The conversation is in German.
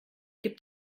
gibt